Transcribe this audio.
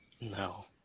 No